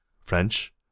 French